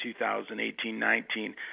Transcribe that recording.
2018-19